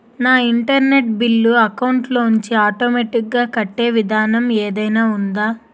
నా internet bill account లోంచి automatic గా కట్టే విధానం ఏదైనా ఉందా?